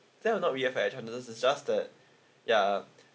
that will not be a fair attendance is just that ya